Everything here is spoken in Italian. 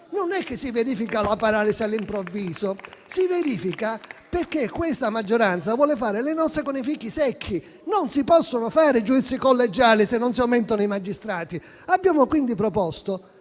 Non è che la paralisi si verifica all'improvviso, ma perché questa maggioranza vuole fare le nozze con i fichi secchi. Non si possono fare giudizi collegiali, se non si aumentano i magistrati. Abbiamo quindi proposto